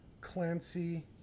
Clancy